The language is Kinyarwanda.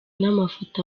n’amafoto